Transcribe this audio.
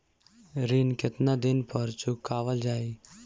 ऋण केतना दिन पर चुकवाल जाइ?